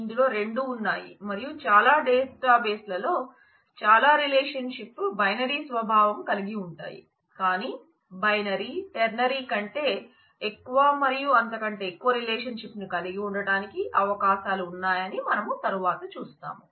ఇప్పుడు రిలేషన్షిప్ కంటే ఎక్కువ మరియు అంతకంటే ఎక్కువ రిలేషన్షిప్ కలిగి ఉండటానికి అవకాశాలు ఉన్నాయని మనం తరువాత చూస్తాము